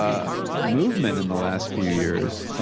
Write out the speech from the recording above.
movement in the last few years.